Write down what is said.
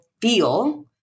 feel